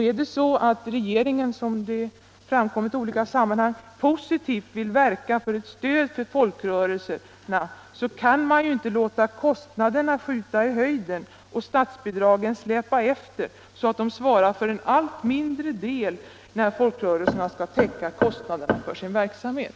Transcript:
Är det så att regeringen, som det framkommit i olika sammanhang, positivt vill verka för ett stöd till folkrörelserna kan man inte låta kostnaderna skjuta i höjden och statsbidragen släpa efter, så att de svarar för en allt mindre del när folkrörelserna skall täcka kostnaderna för sin verksamhet.